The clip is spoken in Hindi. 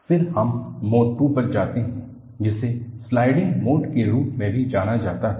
फिर हम मोड II पर जाते हैं जिसे स्लाइडिंग मोड के रूप में भी जाना जाता है